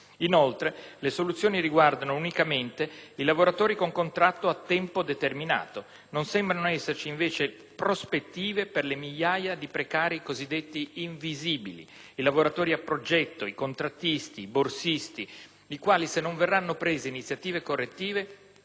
Inoltre, le soluzioni riguardano unicamente i lavoratori con contratto a tempo determinato. Non sembrano esserci invece prospettive per le migliaia di cosiddetti precari invisibili: lavoratori a progetto, contrattisti, borsisti, i quali, se non verranno prese iniziative correttive,